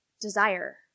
desire